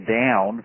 down